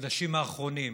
בחודשים האחרונים,